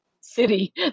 city